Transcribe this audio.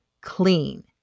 clean